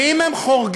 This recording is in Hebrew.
ואם הם חורגים,